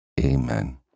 Amen